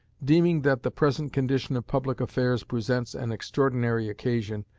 deeming that the present condition of public affairs presents an extraordinary occasion,